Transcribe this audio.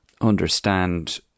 understand